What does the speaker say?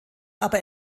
aber